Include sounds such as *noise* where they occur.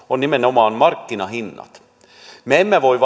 on nimenomaan markkinahinnat me emme voi *unintelligible*